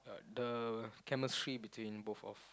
uh the chemistry between both of